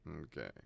okay